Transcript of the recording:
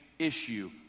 issue